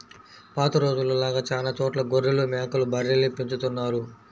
పాత రోజుల్లో లాగా చానా చోట్ల గొర్రెలు, మేకలు, బర్రెల్ని పెంచుతున్నారు